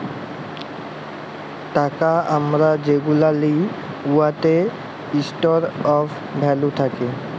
টাকা আমরা যেগুলা লিই উয়াতে ইস্টর অফ ভ্যালু থ্যাকে